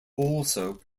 also